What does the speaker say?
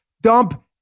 Dump